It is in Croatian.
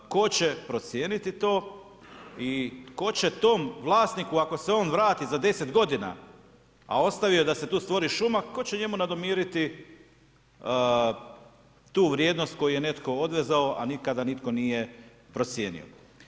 Tko će procijeniti to i tko će tom vlasniku ako se on vrati za 10 godina a ostavio je da se tu stvori šuma, tko će njemu nadomiriti tu vrijednost koju je netko odvezao a nikada nitko nije procijenio?